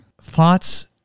thoughts